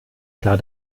klar